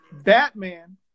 Batman